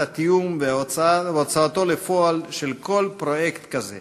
התיאום והוצאתו לפועל של כל פרויקט כזה: